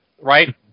right